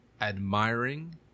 admiring